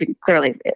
clearly